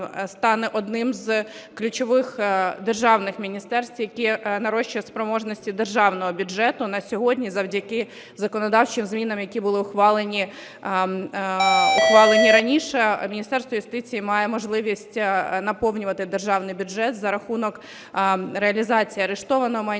стане одним з ключових державних міністерств, яке нарощує спроможності державного бюджету. На сьогодні завдяки законодавчим змінам, які були ухвалені раніше, Міністерство юстиції має можливість наповнювати державний бюджет за рахунок реалізації арештованого майна,